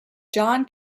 john